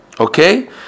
Okay